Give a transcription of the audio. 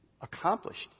accomplished